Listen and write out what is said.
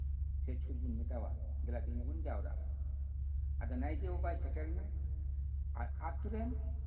ᱪᱷᱩᱸᱛ ᱵᱚᱱ ᱢᱮᱴᱟᱣᱟ ᱫᱮᱞᱟ ᱛᱮᱦᱮᱧ ᱫᱚᱵᱚᱱ ᱡᱟᱣᱨᱟᱜᱼᱟ ᱟᱫᱚ ᱱᱟᱭᱠᱮ ᱵᱟᱵᱟᱭ ᱥᱮᱴᱮᱨᱮᱱᱟ ᱟᱨ ᱟᱛᱳ ᱨᱮᱱ